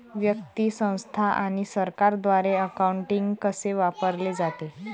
व्यक्ती, संस्था आणि सरकारद्वारे अकाउंटिंग कसे वापरले जाते